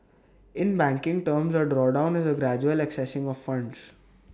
in banking terms A drawdown is A gradual accessing of funds